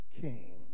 king